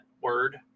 word